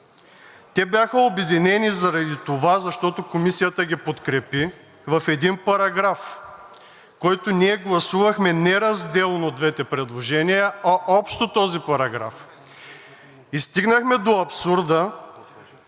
Те бяха обединени заради това, защото Комисията ги подкрепи в един параграф, който ние гласувахме не разделно двете предложения, а общо този параграф. И стигнахме до абсурда,